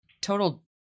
total